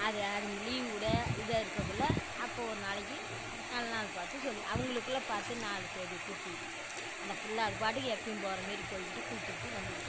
அது அதுங்க லீவ் விட இதாக இருக்கக்குள்ளே அப்போது ஒரு நாளைக்கு நல்ல நாள் பார்த்து சொல்லி அவங்களுக்குள்ள பார்த்து நாள் தேதியை குறித்துக்கிட்டு அந்த பிள்ள அதுபாட்டுக்கு எப்போயும் போகிற மாரி போய்க்கிட்டு குளித்துக்கிட்டு வந்துக்கிட்டு